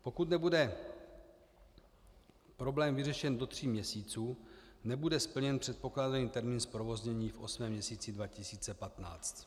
Pokud nebude problém vyřešen do tří měsíců, nebude splněn předpokládaný termín zprovoznění v osmém měsíci 2015.